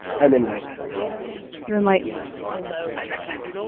i'm enlightened you're enlightened i'm enlightened